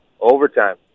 Overtime